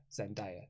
zendaya